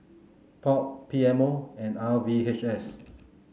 POP P M O and R V H S